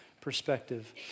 perspective